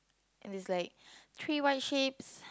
and it's like three white sheeps